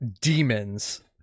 demons